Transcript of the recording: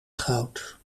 goud